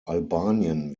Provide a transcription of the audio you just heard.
albanien